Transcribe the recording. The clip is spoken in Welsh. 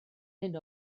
hyn